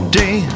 day